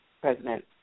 President